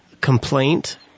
complaint